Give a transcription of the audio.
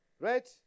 Right